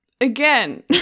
again